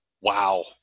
Wow